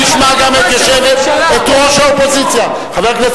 ראש הממשלה שוכח.